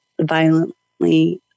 violently